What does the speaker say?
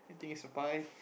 think is a pie